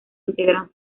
integran